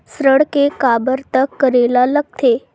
ऋण के काबर तक करेला लगथे?